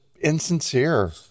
insincere